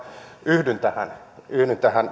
yhdyn tähän